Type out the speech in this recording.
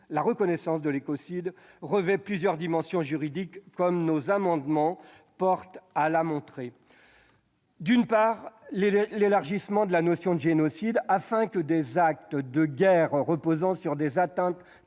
La reconnaissance de l'écocide revêt plusieurs dimensions juridiques, comme nos amendements tendent à le montrer : elle exige, d'une part, l'élargissement de la notion de génocide afin que des actes de guerre reposant sur des atteintes